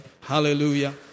Hallelujah